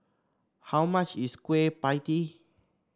how much is Kueh Pie Tee